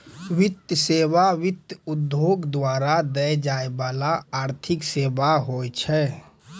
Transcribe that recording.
वित्तीय सेवा, वित्त उद्योग द्वारा दै जाय बाला आर्थिक सेबा होय छै